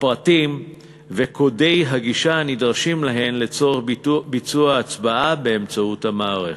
הפרטים וקודי הגישה הנדרשים להם לצורך ביצוע ההצבעה באמצעות המערכת.